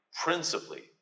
principally